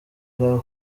nyina